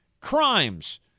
crimes